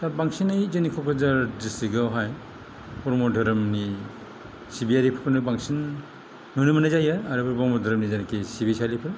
बांसिनै जोंनि क'क्राझार दिस्ट्रिक्तावहाय ब्रह्म धोरोमनि सिबियारिफोरनो बांसिन नुनो मोननाय जायो आरो ब्रह्म धोरोमनि जायनाकि सिबिसालिफोर